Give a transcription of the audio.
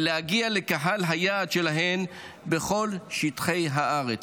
להגיע לקהל היעד שלהן בכל שטחי הארץ.